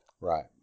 Right